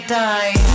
die